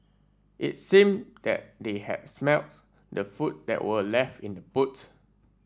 it seemed that they had smelt the food that were left in boots